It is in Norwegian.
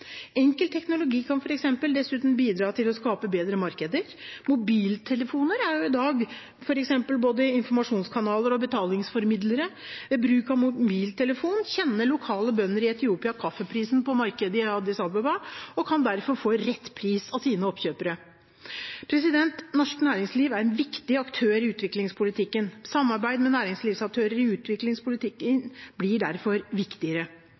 teknologi kan dessuten f.eks. bidra til å skape bedre markeder. Mobiltelefoner i dag er f.eks. både informasjonskanaler og betalingsformidlere. Ved bruk av mobiltelefon kjenner lokale bønder i Etiopia til kaffeprisen på markedet i Addis Ababa og kan derfor få rett pris av sine oppkjøpere. Norsk næringsliv er en viktig aktør i utviklingspolitikken. Samarbeid med næringslivsaktører i utviklingspolitikken blir derfor viktigere.